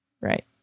Right